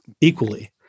equally